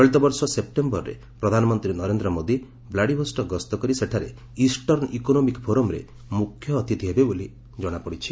ଚଳିତ ବର୍ଷ ସେପ୍ଟେମ୍ବରରେ ପ୍ରଧାନମନ୍ତ୍ରୀ ନରେନ୍ଦ୍ର ମୋଦୀ ବ୍ଲାଡିଭୋଷ୍ଟକ୍ ଗସ୍ତ କରି ସେଠାରେ ଇଷ୍ଟରନ୍ ଇକୋନମିକ୍ ଫୋରମ୍ରେ ମୁଖ୍ୟ ଅତିଥି ହେବେ ବୋଲି ଜଣାପଡ଼ିଛି